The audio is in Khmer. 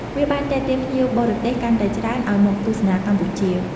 វាបានទាក់ទាញភ្ញៀវបរទេសកាន់តែច្រើនឲ្យមកទស្សនាកម្ពុជា។